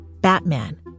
Batman